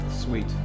sweet